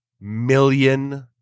million